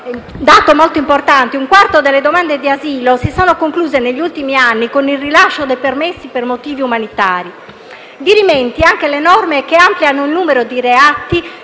un quarto delle domande di asilo si sono concluse, negli ultimi anni, con il rilascio del permesso per motivi umanitari. Sono dirimenti anche le norme che ampliano il numero di reati